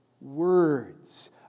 words